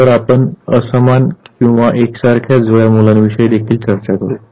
नंतर आपण असमान आणि एकसारख्या जुळ्या मुलांविषयी देखील चर्चा करू